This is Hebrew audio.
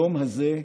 היום הזה: